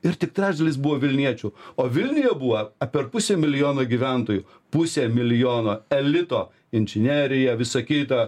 ir tik trečdalis buvo vilniečių o vilniuje buvo apie pusę milijono gyventojų pusė milijono elito inžinerija visa kita